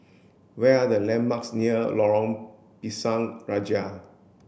where are the landmarks near Lorong Pisang Raja